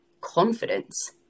confidence